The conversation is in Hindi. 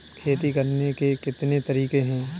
खेती करने के कितने तरीके हैं?